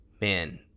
man